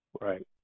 Right